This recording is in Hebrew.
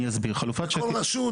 אני אסביר, חלופת שקד,